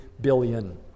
billion